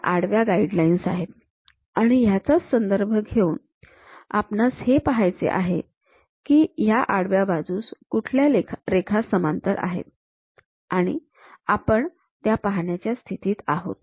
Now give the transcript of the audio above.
ह्या आडव्या गाईडलाईन्स आहेत आणि यांचाच संदर्भ घेऊन आपणास हे पाहायचे आहे की ह्या आडव्या बाजूस कुठल्या रेखा समांतर आहेत आणि आपण त्या पाहण्याच्या स्थितीत आहोत